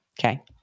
Okay